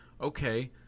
Okay